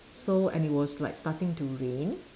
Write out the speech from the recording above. so and it was like starting to rain